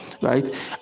right